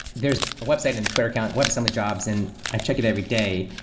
there's a website and twitter account, webassembly jobs and i check it every day.